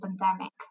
pandemic